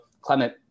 Clement